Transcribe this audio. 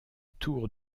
tour